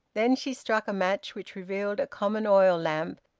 then she struck a match, which revealed a common oil-lamp,